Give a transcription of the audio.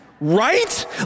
right